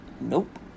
nope